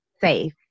safe